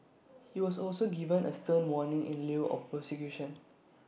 he was also given A stern warning in lieu of prosecution